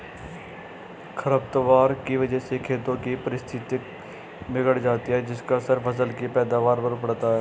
खरपतवार की वजह से खेतों की पारिस्थितिकी बिगड़ जाती है जिसका असर फसल की पैदावार पर पड़ता है